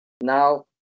Now